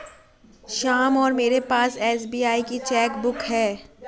श्याम और मेरे पास एस.बी.आई की चैक बुक है